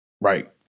Right